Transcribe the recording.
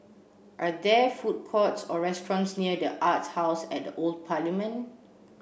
are there food courts or restaurants near the Arts House at the Old Parliament